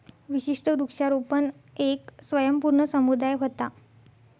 विशिष्ट वृक्षारोपण येक स्वयंपूर्ण समुदाय व्हता